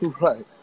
Right